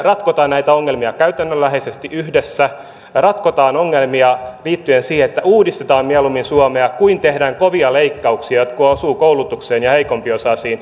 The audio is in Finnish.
ratkotaan näitä ongelmia käytännönläheisesti yhdessä ratkotaan ongelmia liittyen siihen että mieluummin uudistetaan suomea kuin tehdään kovia leikkauksia jotka osuvat koulutukseen ja heikompiosaisiin